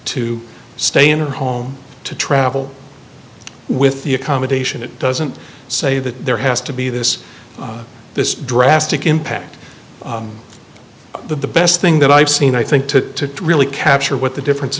to stay in a home to travel with the accommodation it doesn't say that there has to be this this drastic impact the best thing that i've seen i think to really capture what the difference